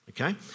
Okay